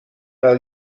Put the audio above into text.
del